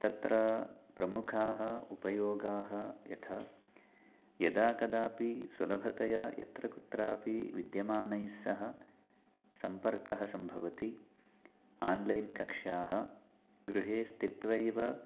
तत्र प्रमुखाः उपयोगाः यथा यदा कदापि सुलभतया यत्र कुत्रापि विद्यमानैस्सह सम्पर्कः सम्भवति आन्लैन् कक्षाः गृहे स्थित्वैव